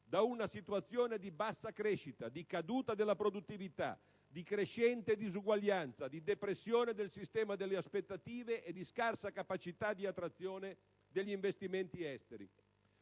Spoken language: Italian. da una situazione di bassa crescita, di caduta della produttività, di crescente disuguaglianza, di depressione del sistema delle aspettative e di scarsa capacità di attrazione degli investimenti esteri.